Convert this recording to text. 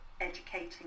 educating